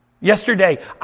Yesterday